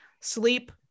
sleep